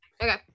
Okay